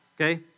okay